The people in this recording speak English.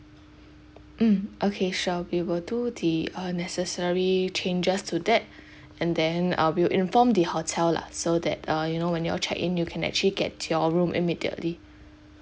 mm okay sure we will do the uh necessary changes to that and then uh we'll inform the hotel lah so that uh you know when you all check in you can actually get to your room immediately